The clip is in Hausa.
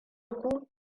ku